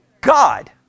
God